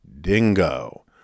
dingo